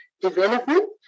Development